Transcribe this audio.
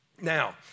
Now